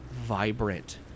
vibrant